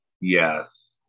yes